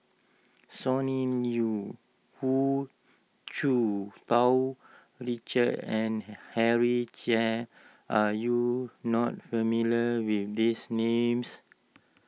Sonny Liew Hu Tsu Tau Richard and Henry Chia are you not familiar with these names